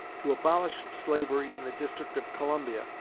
to abolish slavery in the district of columbia,